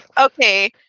okay